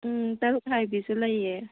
ꯎꯝ ꯇꯔꯨꯛ ꯍꯥꯏꯕꯤꯁꯨ ꯂꯩꯌꯦ